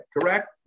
Correct